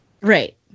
Right